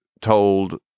told